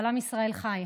אבל עם ישראל חי.